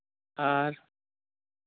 ᱟᱨ